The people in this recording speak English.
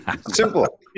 Simple